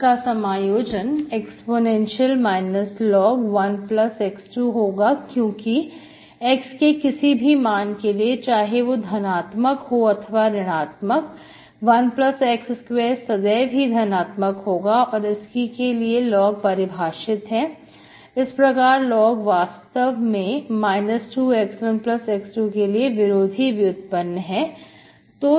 इसका समायोजन e log⁡1x2 होगा क्योंकि x के किसी भी मान के लिए चाहे वो धनात्मक हो अथवा ऋणआत्मक 1x2 सदैव ही धनात्मक होगा और इसके लिए log परिभाषित है इस प्रकार log वास्तव में 2 x1x2 के लिए विरोधी व्युत्पन्न है